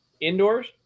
indoors